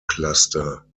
cluster